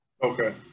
Okay